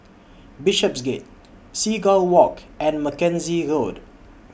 Bishopsgate Seagull Walk and Mackenzie Road